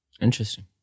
Interesting